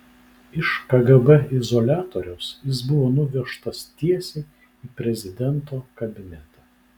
iš kgb izoliatoriaus jis buvo nuvežtas tiesiai į prezidento kabinetą